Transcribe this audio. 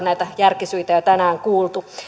näitä järkisyitä jo tänään kuultu